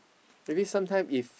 maybe sometime if